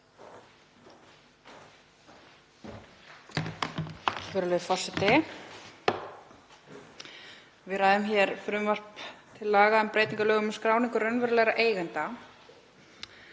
Virðulegur forseti. Við ræðum hér frumvarp til laga um breytingu á lögum um skráningu raunverulegra eigenda.